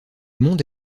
monde